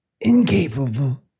incapable